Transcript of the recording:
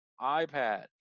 iPad